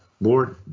Lord